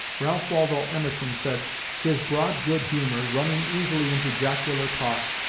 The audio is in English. ralph waldo emerson said his broad good humor, running easily into jocular talk,